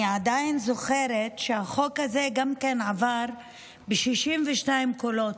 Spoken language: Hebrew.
אני עדיין זוכרת שהחוק הזה עבר ב-62 קולות.